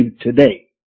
today